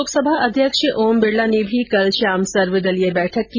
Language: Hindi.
लोकसभा अध्यक्ष ओम बिरला ने भी कल शाम सर्वदलीय बैठक की